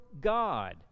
God